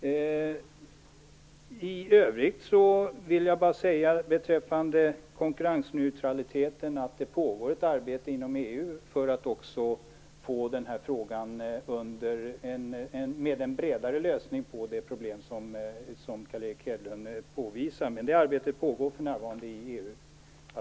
I övrigt vill jag beträffande konkurrensneutraliteten bara säga att det för närvarande pågår ett arbete inom EU-parlamentet för att få en bredare lösning på det problem som Carl Erik Hedlund påvisar.